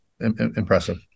impressive